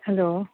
hello